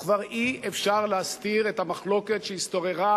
וכבר אי-אפשר להסתיר את המחלוקת שהשתררה